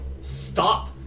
stop